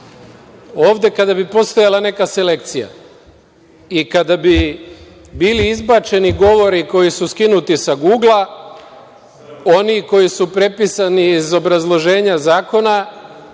kada bi postojala neka selekcija i kada bi bili izbačeni govori koji su skinuti sa Gugla, oni koji su prepisani iz obrazloženja zakona